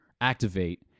activate